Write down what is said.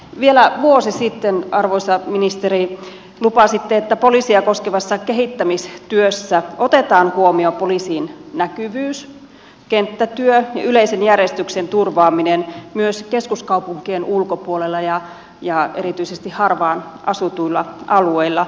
vielä vuosi sitten arvoisa ministeri lupasitte että poliisia koskevassa kehittämistyössä otetaan huomioon poliisin näkyvyys kenttätyö ja yleisen järjestyksen turvaaminen myös keskuskaupunkien ulkopuolella ja erityisesti harvaan asutuilla alueilla